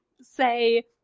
say